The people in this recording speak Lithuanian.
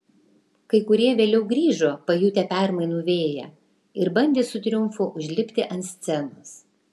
kai kurie vėliau grįžo pajutę permainų vėją ir bandė su triumfu užlipti ant scenos